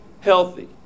healthy